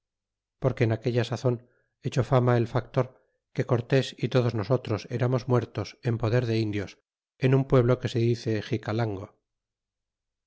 porque en aquella sazon echó fama el factor que cortés y todos nosotros eramos muertos en poder de indios en un pueblo que se dice